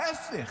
ההפך: